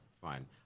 Fine